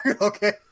Okay